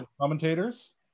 commentators